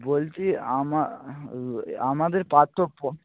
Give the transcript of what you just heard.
বলছি আমা আমাদের পাঠ্য পো